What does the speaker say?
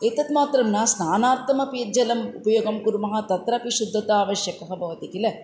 एतत् मात्रं न स्नानार्थमपि जलम् उपयोगं कुर्मः तत्रापि शुद्दता अवश्यकी भवति किल